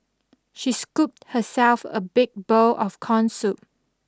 she scooped herself a big bowl of corn soup